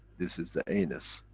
this is the anus.